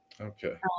okay